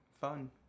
fun